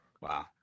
Wow